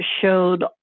showed